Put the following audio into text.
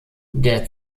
der